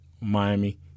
Miami